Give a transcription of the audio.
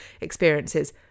experiences